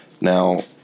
Now